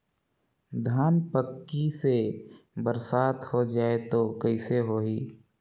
धान पक्की से बरसात हो जाय तो कइसे हो ही?